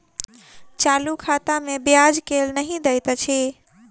चालू खाता मे ब्याज केल नहि दैत अछि